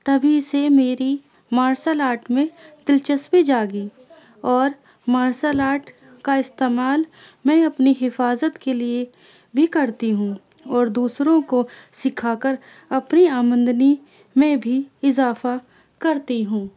تبھی سے میری مارسل آرٹ میں دلچسپی جاگی اور مارسل آرٹ کا استعمال میں اپنی حفاظت کے لیے بھی کرتی ہوں اور دوسروں کو سکھا کر اپنی آمدنی میں بھی اضافہ کرتی ہوں